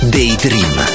Daydream